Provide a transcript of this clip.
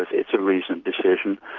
it's a reasoned decision,